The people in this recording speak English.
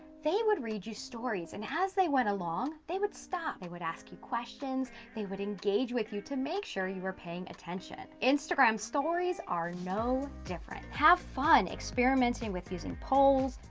they would read you stories and as they went along, they would stop, they would ask you questions, they would engage with you to make sure you were paying attention. instagram stories are no different. have fun, experimenting with using polls,